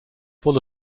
full